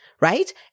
right